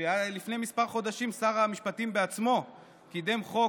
לפני כמה חודשים שר המשפטים בעצמו קידם חוק